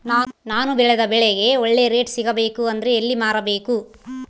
ನಾನು ಬೆಳೆದ ಬೆಳೆಗೆ ಒಳ್ಳೆ ರೇಟ್ ಸಿಗಬೇಕು ಅಂದ್ರೆ ಎಲ್ಲಿ ಮಾರಬೇಕು?